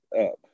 up